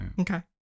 Okay